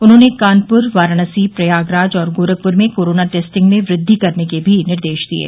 उन्होंने कानप्र वाराणसी प्रयागराज और गोरखप्र में कोरोना टेस्टिंग में वृद्धि करने के भी निर्देश दिये